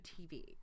TV